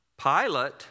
Pilate